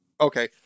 Okay